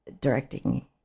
directing